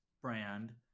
brand